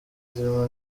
zirimo